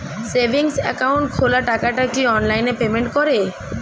Savings account খোলা টাকাটা কি অনলাইনে পেমেন্ট করে?